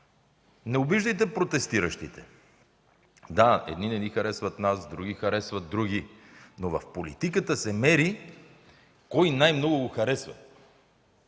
Не обиждайте протестиращите. Да, едни не ни харесват нас, други харесват други. Но в политиката се мери кой най-много го харесват.